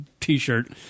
t-shirt